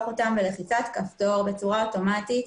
אותם בלחיצת כפתור ובצורה אוטומטית,